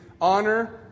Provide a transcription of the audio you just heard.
honor